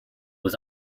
was